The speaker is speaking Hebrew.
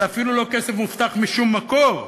זה אפילו לא כסף מובטח משום מקור,